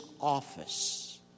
office